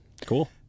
Cool